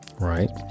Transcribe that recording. right